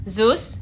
Zeus